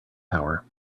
power